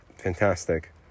fantastic